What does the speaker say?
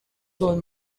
soll